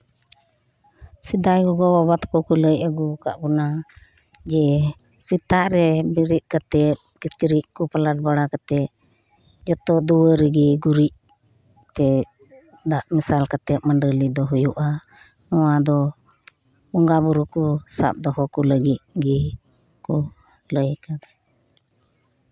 ᱥᱮᱫᱟᱭ ᱜᱚᱜᱚ ᱵᱟᱵᱟ ᱛᱟᱠᱚ ᱠᱚ ᱞᱟᱹᱭ ᱟᱹᱜᱩ ᱟᱠᱟᱫ ᱵᱚᱱᱟ ᱡᱮ ᱥᱮᱛᱟᱜ ᱨᱮ ᱵᱮᱨᱮᱫ ᱠᱟᱛᱮᱫ ᱠᱤᱪᱨᱤᱪ ᱠᱚ ᱯᱟᱞᱟᱴ ᱵᱟᱲᱟ ᱠᱟᱛᱮᱫ ᱡᱷᱚᱛᱚ ᱫᱩᱣᱟᱹᱨ ᱨᱮᱜᱮ ᱜᱩᱨᱤᱡ ᱛᱮ ᱫᱟᱜ ᱢᱮᱥᱟᱞ ᱠᱟᱛᱮᱫ ᱢᱟᱱᱮ ᱢᱟᱹᱰᱟᱹᱞᱤ ᱫᱚ ᱦᱳᱭᱳᱜᱼᱟ ᱱᱚᱶᱟ ᱫᱚ ᱵᱚᱸᱜᱟ ᱵᱩᱨᱩ ᱠᱚ ᱥᱟᱵ ᱫᱚᱦᱚ ᱠᱚ ᱞᱟᱹᱜᱤᱫ ᱜᱮᱠᱚ ᱞᱟᱹᱭ ᱟᱠᱟᱫᱟ